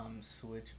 switch